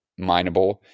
mineable